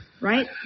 right